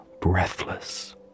breathless